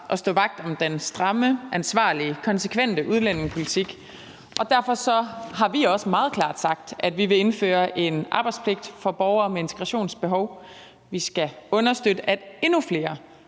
at stå vagt om den stramme, ansvarlige, konsekvente udlændingepolitik, og derfor har vi også meget klart sagt, at vi vil indføre en arbejdspligt for borgere med et integrationsbehov. Vi skal understøtte, at endnu flere